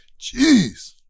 Jeez